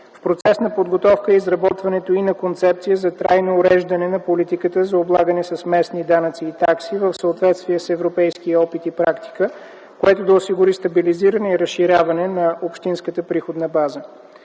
В процес на подготовка е изработването и на Концепция за трайно уреждане на политиката за облагане с местни данъци и такси в съответствие с европейския опит и практика, което да осигури стабилизиране и разширяване на общинската приходна база.